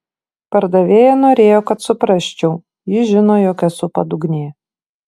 pardavėja norėjo kad suprasčiau ji žino jog esu padugnė